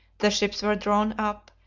the ships were drawn up,